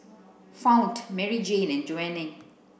Fount Maryjane and Joanie